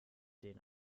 den